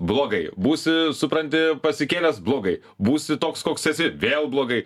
blogai būsi supranti pasikėlęs blogai būsi toks koks esi vėl blogai